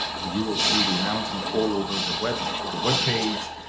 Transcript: you will see the announcement all over the web the web page,